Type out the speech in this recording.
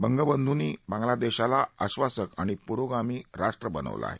बांगबंधूंनी बांगलादेशाला आश्वासक आणि पुरोगामी राष्ट्र बनवलं आहे